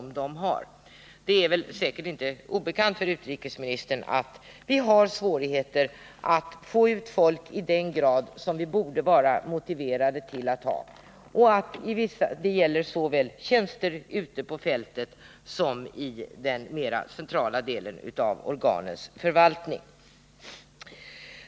Det är säkert inte obekant för utrikesministern att vi har svårigheter när det gäller att i högre grad få folk att ta sådana tjänster. Det gäller såväl tjänster ute på fältet som inom den mer centrala delen av organets förvaltning.